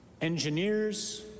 engineers